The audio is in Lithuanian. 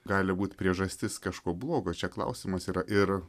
gali būt priežastis kažko blogo čia klausimas yra ir